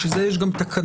לשם כך יש גם תקנות,